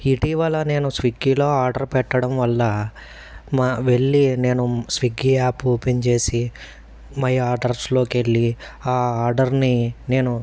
ఇటీవల నేను స్విగ్గీలో ఆర్డర్ పెట్టడం వల్ల మా వెళ్ళి నేను స్విగ్గీ యాప్ ఓపెన్ చేసి మై ఆర్డర్స్లోకెళ్ళి ఆ ఆర్డర్ని నేను